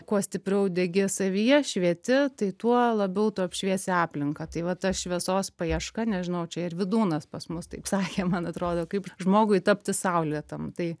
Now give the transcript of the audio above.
kuo stipriau degi savyje švieti tai tuo labiau tu apšviesi aplinką tai va ta šviesos paieška nežinau čia ir vidūnas pas mus taip sakė man atrodo kaip žmogui tapti saulėtam tai